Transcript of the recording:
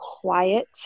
quiet